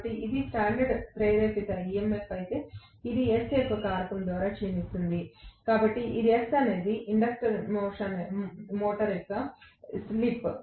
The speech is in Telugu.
కాబట్టి ఇది స్టాండర్డ్ రోటర్ ప్రేరిత EMF అయితే ఇది s యొక్క కారకం ద్వారా క్షీణిస్తుంది ఇక్కడ s అనేది ఇండక్షన్ మోటర్ యొక్క స్లిప్